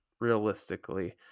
realistically